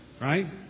right